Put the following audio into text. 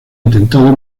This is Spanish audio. atentado